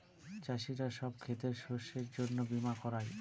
চাষীরা সব ক্ষেতের শস্যের জন্য বীমা করায়